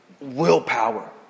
willpower